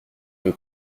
veux